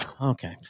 Okay